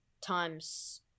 times